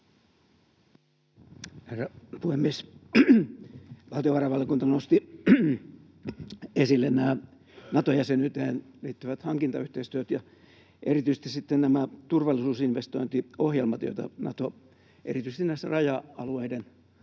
Herra puhemies! Valtiovarainvaliokunta nosti esille Nato-jäsenyyteen liittyvät hankintayhteistyöt ja erityisesti sitten turvallisuusinvestointiohjelmat, joita Nato erityisesti näissä raja-alueiden